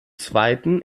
zweiten